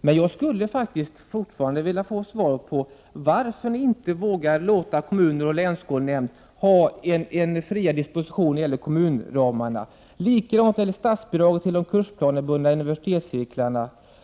Men jag skulle vilja ha svar på varför socialdemokraterna inte vågar låta kommuner och länsskolnämnder ha en friare disposition när det gäller kommunramarna. Detsamma gäller statsbidragen till de kursplanebundna universitetscirklarna.